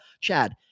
Chad